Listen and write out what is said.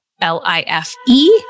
L-I-F-E